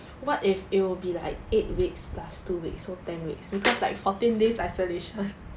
what if it'll be like eight weeks plus two weeks so ten weeks because like fourteen days isolation